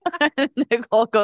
Nicole